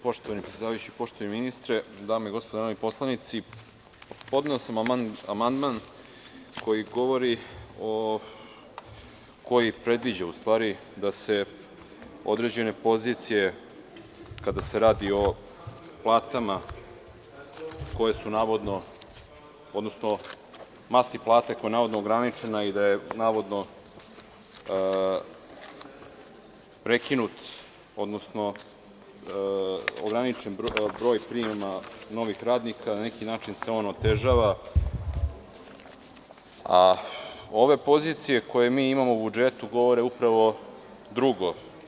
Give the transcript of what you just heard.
Poštovani predsedavajući, poštovani ministre, podneo sam amandman koji govori, odnosno predviđa da se određene pozicije, kada se radi o platama, koje su navodno, odnosno masi plata koja je navodno ograničena i da je navodno ograničen broj prijema novih radnika, na neki način se on otežava, a ove pozicije koje mi imamo u budžetu govore drugo.